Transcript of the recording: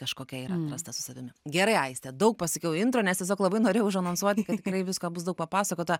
kažkokia yra atrasta su savimi gerai aiste daug pasakiau intro nes tiesiog labai norėjau užanonsuot kad tikrai visko bus daug papasakota